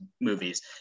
movies